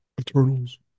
Eternals